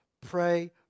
Pray